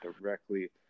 directly